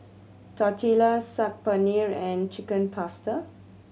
Tortillas Saag Paneer and Chicken Pasta